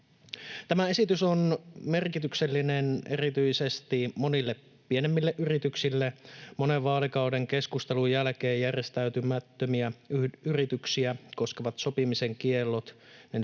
Tämä esitys on merkityksellinen erityisesti monille pienemmille yrityksille. Monen vaalikauden keskustelun jälkeen järjestäytymättömiä yrityksiä koskevat sopimisen kiellot